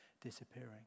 disappearing